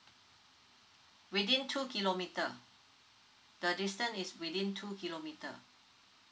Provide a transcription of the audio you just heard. within two kilometre the distance is within two kilometre